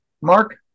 Mark